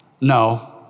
no